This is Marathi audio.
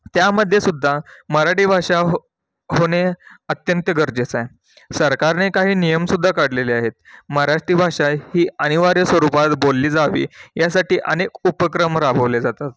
त्यामध्येसुद्धा मराठी भाषा हो होणे अत्यंत गरजेचं आहे सरकारने काही नियमसुद्धा काढलेले आहेत मराठी भाषा ही अनिवार्य स्वरूपात बोलली जावी यासाठी अनेक उपक्रम राबवले जातात